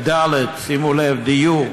בדל"ת, שימו לב: הדיור,